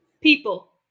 People